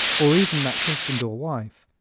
or even that husband or wife,